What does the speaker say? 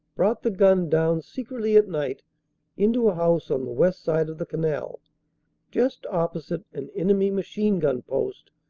brought the gun down secretly at night into a house on the west side of the canal just opposite an enemy machine-gun post,